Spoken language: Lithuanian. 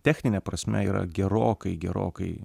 technine prasme yra gerokai gerokai